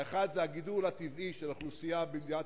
האחד הוא הגידול הטבעי של האוכלוסייה במדינת